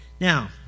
Now